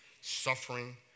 suffering